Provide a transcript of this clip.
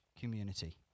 community